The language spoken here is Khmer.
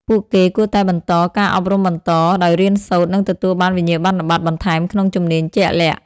ពួកគេគួរតែបន្ត ការអប់រំបន្ត ដោយរៀនសូត្រ និងទទួលបានវិញ្ញាបនបត្របន្ថែមក្នុងជំនាញជាក់លាក់។